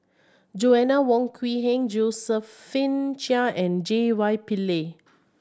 Joanna Wong Quee Heng Josephine Chia and J Y Pillay